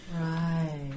Right